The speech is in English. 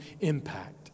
impact